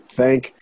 thank